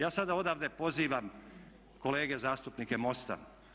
Ja sada odavde pozivam kolege zastupnike MOST-a.